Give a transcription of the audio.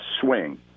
swing